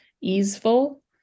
easeful